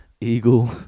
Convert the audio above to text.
Eagle